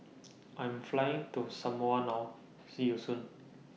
I Am Flying to Samoa now See YOU Soon